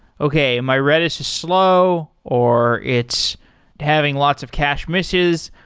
okay, my redis is slow or it's having lots of cache misses.